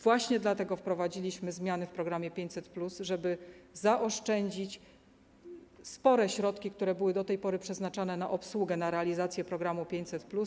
Właśnie dlatego wprowadziliśmy zmiany w programie 500+, żeby zaoszczędzić spore środki, które były do tej pory przeznaczane na obsługę, na realizację programu 500+.